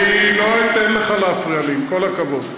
אני לא אתן לך להפריע לי, עם כל הכבוד.